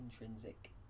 intrinsic